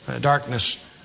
darkness